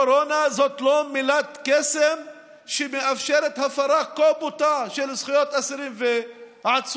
קורונה זאת לא מילת קסם שמאפשרת הפרה כה בוטה של זכויות אסירים ועצורים.